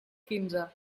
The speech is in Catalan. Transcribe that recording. quinze